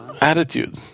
attitude